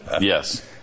yes